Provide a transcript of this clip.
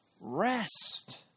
rest